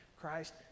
Christ